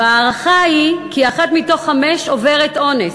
וההערכה היא כי אחת מתוך חמש עוברת אונס.